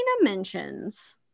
mentions